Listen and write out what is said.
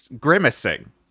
grimacing